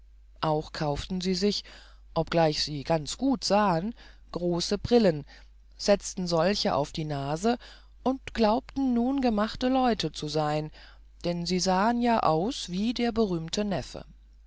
auch kauften sie sich obgleich sie ganz gut sahen große brillen setzten solche auf die nase und glaubten nun gemachte leute zu sein denn sie sahen ja aus wie der berühmte neffe